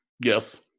yes